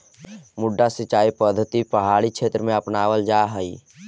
मड्डा सिंचाई पद्धति पहाड़ी क्षेत्र में अपनावल जा हइ